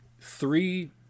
three